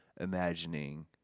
imagining